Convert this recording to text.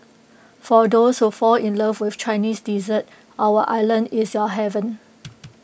for those who fall in love with Chinese dessert our island is your heaven